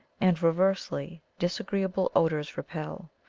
and, reversely, disagreeable odours repel.